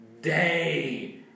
day